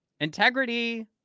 Integrity